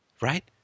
right